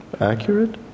accurate